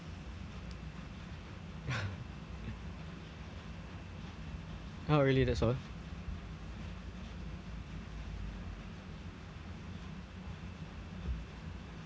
oh really that's all